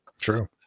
True